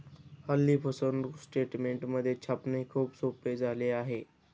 हल्ली passbook statement छापणे खूप सोपे झाले आहे